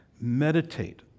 Meditate